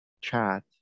chat